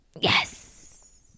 Yes